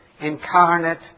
incarnate